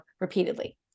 repeatedly